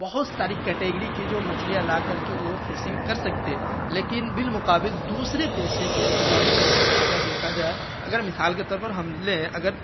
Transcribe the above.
بہت ساری کٹیگری کی جو مچھلیاں لا کر کے وہ فشنگ کر سکتے لیکن بالمقابل دوسرے پیشے کے تقابلی نظر سے اگر دیکھا جائے اگر مثال کے طور پر ہم لیں اگر